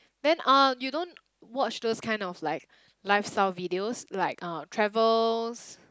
then uh you don't watch those kind of like lifestyle videos like uh travels